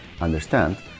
understand